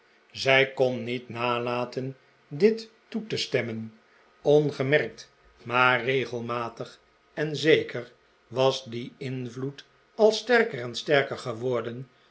zij kon niet nalaten dit toe te stemmen ongemerkt maar regelmatig en zeker was die invloed al sterker en sterker geworden